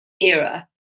era